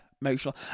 Emotional